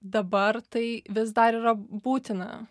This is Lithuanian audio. dabar tai vis dar yra būtina